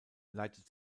leitet